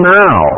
now